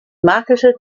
marketed